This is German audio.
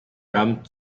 gramm